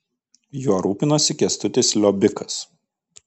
juo rūpinosi kęstutis liobikas